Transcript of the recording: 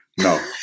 No